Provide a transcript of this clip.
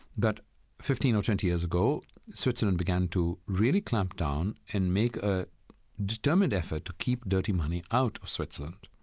but fifteen or twenty years ago switzerland began to really clamp down and make a determined effort to keep dirty money out of switzerland.